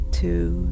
two